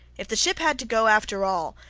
if the ship had to go after all,